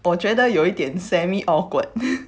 我觉得有一点 semi awkward